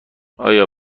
آیا